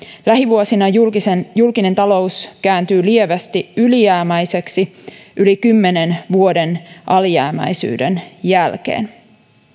lähivuosina julkinen talous kääntyy lievästi ylijäämäiseksi yli kymmenen vuoden alijäämäisyyden jälkeen